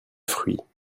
fruits